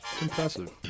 impressive